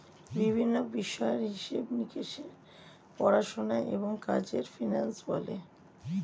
বিভিন্ন বিষয়ের হিসেব নিকেশের পড়াশোনা এবং কাজকে ফিন্যান্স বলে